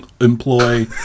employ